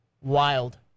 Wild